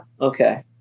Okay